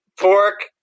Pork